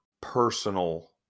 personal